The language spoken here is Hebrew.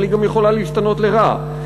אבל היא גם יכולה להשתנות לרעה.